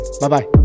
bye-bye